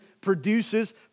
produces